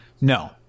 No